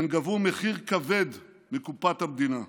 הן גבו מחיר כבד מקופת המדינה.